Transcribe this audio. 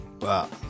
Wow